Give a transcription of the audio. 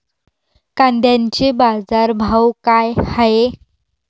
कांद्याचे बाजार भाव का हाये?